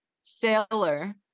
Sailor